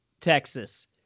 Texas